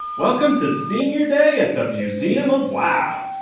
welcome to senior day at the museum of wow.